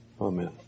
Amen